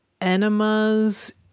enemas